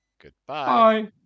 Goodbye